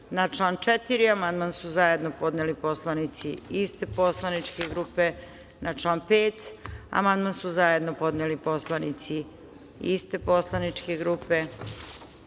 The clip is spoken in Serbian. član 4. amandman su zajedno podneli narodni poslanici iste poslaničke grupe. Na član 5. amandman su zajedno podneli poslanici iste poslaničke grupe. Na